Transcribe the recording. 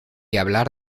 hablar